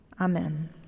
Amen